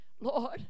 Lord